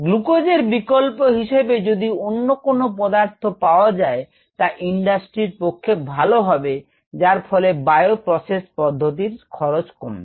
glucose এর বিকল্প হিসেবে যদি অন্য কোন পদার্থ পাওয়া যায় তা ইন্ডাস্ট্রির পক্ষে ভালো হবে যার ফলে বায়ো প্রসেস পদ্ধতির খরচ কমবে